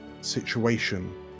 situation